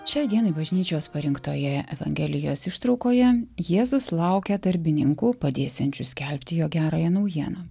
šiai dienai bažnyčios parinktoje evangelijos ištraukoje jėzus laukia darbininkų padėsiančių skelbti jo gerąją naujieną